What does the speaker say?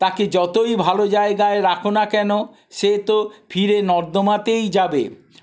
তাকে যতই ভালো জায়গায় রাখো না কেন সে তো ফিরে নর্দমাতেই যাবে